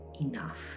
enough